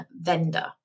vendor